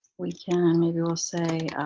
we can, maybe we'll say